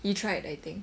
he tried I think